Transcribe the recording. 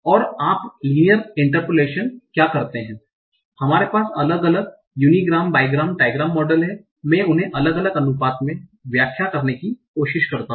और आप linear interpolation क्या करते हैं हमारे पास अलग अलग यूनिग्राम बाईग्राम ट्रायग्राम मॉडल हैं मैं उन्हें अलग अलग अनुपात में व्याख्या करने की कोशिश करता हूं